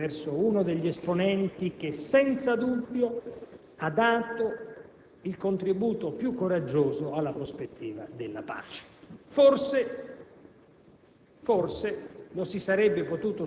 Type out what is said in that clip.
ministro e svolsi la mia missione nel segno non soltanto di un costante impegno politico nella Regione - che a vario titolo